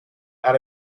out